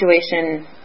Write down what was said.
situation